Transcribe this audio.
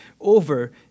over